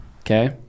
Okay